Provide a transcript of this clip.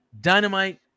Dynamite